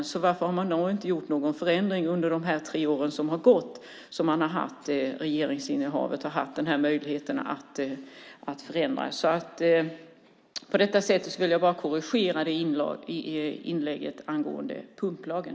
Skulle det vara så undrar jag varför man inte har gjort någon förändring under de tre år som har gått då man har suttit i regeringsställning och haft möjlighet att förändra. Jag vill på detta sätt bara göra en korrigering när det gäller inlägget angående pumplagen.